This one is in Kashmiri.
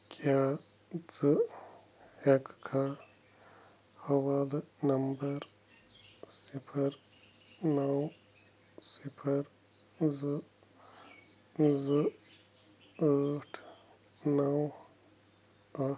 کیٛاہ ژٕ ہٮ۪کھا حوالہٕ نَمبَر صِفَر نَو صِفَر زٕ زٕ ٲٹھ نَو اَکھ